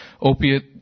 opiate